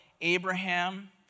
Abraham